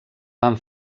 van